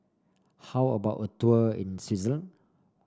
how about a tour in Switzerland